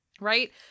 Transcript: right